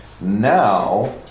Now